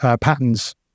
patterns